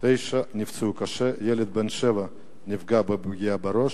תשעה נפצעו קשה, ילד בן שבע נפגע פגיעת ראש,